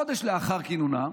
חודש לאחר כינונה,